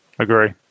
Agree